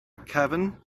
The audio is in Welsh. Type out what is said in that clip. cefn